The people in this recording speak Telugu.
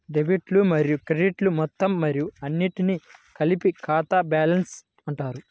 డెబిట్లు మరియు క్రెడిట్లు మొత్తం మరియు అన్నింటినీ కలిపి ఖాతా బ్యాలెన్స్ అంటారు